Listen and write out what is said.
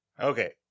Okay